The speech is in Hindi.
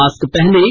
मास्क पहनें